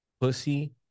pussy